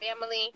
family